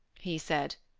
he said,